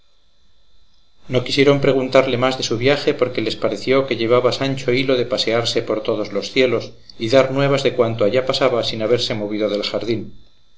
no quisieron preguntarle más de su viaje porque les pareció que llevaba sancho hilo de pasearse por todos los cielos y dar nuevas de cuanto allá pasaba sin haberse movido del jardín